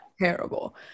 terrible